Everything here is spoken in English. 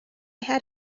had